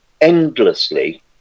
endlessly